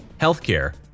healthcare